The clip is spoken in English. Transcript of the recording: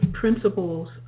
principles